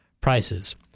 prices